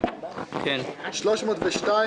מי בעד הרוויזיה?